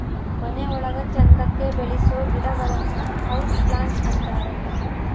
ಮನೆ ಒಳಗ ಚಂದಕ್ಕೆ ಬೆಳಿಸೋ ಗಿಡಗಳನ್ನ ಹೌಸ್ ಪ್ಲಾಂಟ್ ಅಂತಾರೆ